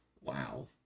wow